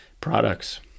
products